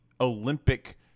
Olympic